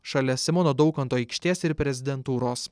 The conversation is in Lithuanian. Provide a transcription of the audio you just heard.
šalia simono daukanto aikštės ir prezidentūros